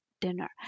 dinner